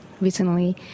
recently